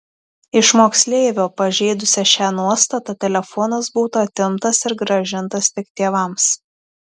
iš moksleivio pažeidusio šią nuostatą telefonas būtų atimtas ir grąžintas tik tėvams